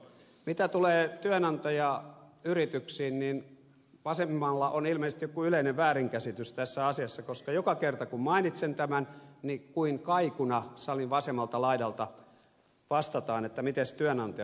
mitä tulee työnantajayrityksiin niin vasemmalla on ilmeisesti joku yleinen väärinkäsitys tässä asiassa koska joka kerta kun mainitsen tämän niin kuin kaikuna salin vasemmalta laidalta vastataan että mites työnantajat